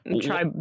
Try